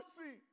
mercy